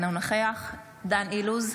אינו נוכח דן אילוז,